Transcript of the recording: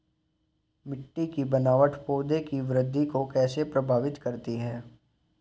मिट्टी की बनावट पौधों की वृद्धि को कैसे प्रभावित करती है?